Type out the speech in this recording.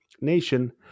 nation